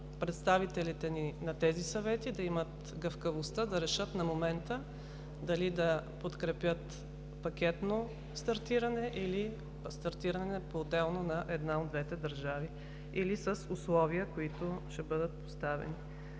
представителите на тези съвети да имат гъвкавостта да решат на момента дали да подкрепят пакетно стартиране, или стартиране поотделно на една от двете държави, или с условия, които ще бъдат поставени.